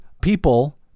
people